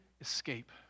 escape